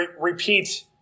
repeat